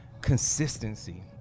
consistency